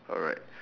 alright